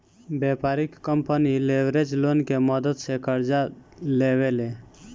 व्यापारिक company leverage loan के मदद से कर्जा लेवे ले